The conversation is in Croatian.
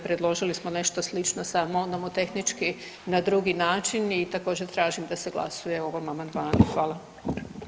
Predložili smo nešto slično, samo nomotehnički na drugi način i također tražim da se glasuje o ovom amandmanu.